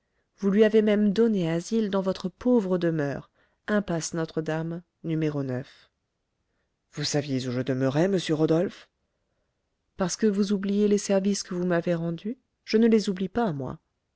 vous lui avez même donné asile dans votre pauvre demeure impasse notre-dame n vous saviez où je demeurais monsieur rodolphe parce que vous oubliez les services que vous m'avez rendus je ne les oublie pas moi